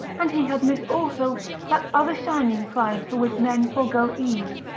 and he had missed also that other shining prize for which men forgo ease,